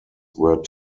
were